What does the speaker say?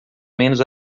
menos